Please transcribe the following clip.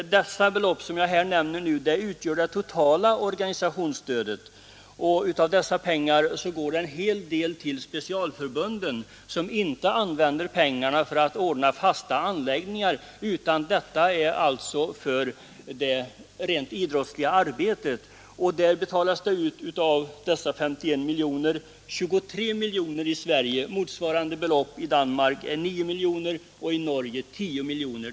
Dessa belopp utgör det totala organisationsstödet, och av dessa pengar går en hel del till specialförbunden, som inte använder pengarna för att ordna fasta anläggningar, utan detta är medel för det rent idrottsliga arbetet. I Sverige utbetalas av de 51 miljonerna för det ändamålet 23 miljoner. Motsvarande belopp i Danmark är 9 miljoner och i Norge 10 miljoner.